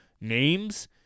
names